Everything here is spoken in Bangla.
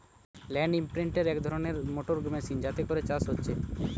ল্যান্ড ইমপ্রিন্টের এক ধরণের মোটর মেশিন যাতে করে চাষ হচ্ছে